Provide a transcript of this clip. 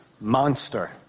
monster